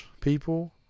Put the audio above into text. people